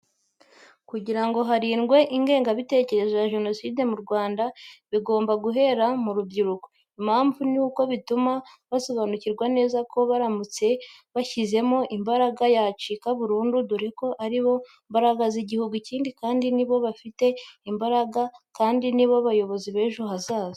Kugira ngo harandurwe ingengabitekerezo ya jenoside mu Rwanda, bigomba guhera mu rubyiruko. Impamvu ni uko bituma basobanukirwa neza ko baramutse bashyizemo imbaraga yacika burundu dore ko ari bo mbaraga z'iguhugu. Ikindi kandi, nibo bafite imbaraga kandi nibo bayobozi b'ejo hazaza.